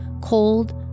cold